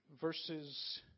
verses